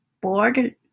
board